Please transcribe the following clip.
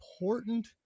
important